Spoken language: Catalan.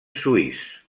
suís